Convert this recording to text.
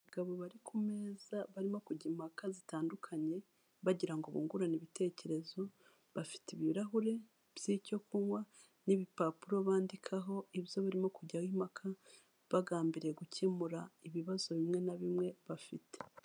Abagabo bari kumeza barimo kujya impaka zitandukanye bagira bungurane ibitekerezo, bafite ibirahure by'icyo kunywa n'ibipapuro bandikaho, ibyo barimo kujyaho impaka bagambiriye gukemura ibibazo bimwe na bimwe bafite.